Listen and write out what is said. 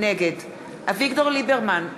נגד אביגדור ליברמן,